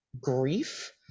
grief